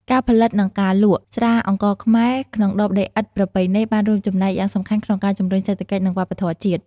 ការផលិត និងការលក់ ស្រាអង្ករខ្មែរក្នុងដបដីឥដ្ឋប្រពៃណី បានរួមចំណែកយ៉ាងសំខាន់ក្នុងការជំរុញសេដ្ឋកិច្ច និងវប្បធម៌ជាតិ។